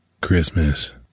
Christmas